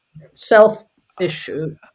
self-issue